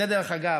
דרך אגב,